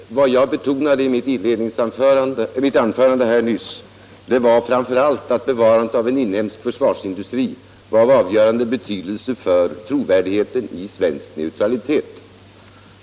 Herr talman! Efter herr Peterssons i Gäddvik anförande vill jag bara helt kort understryka att vad jag betonade i mitt anförande nyss var framför allt att bevarandet av en inhemsk försvarsindustri var av avgörande betydelse för trovärdigheten i svensk neutralitet.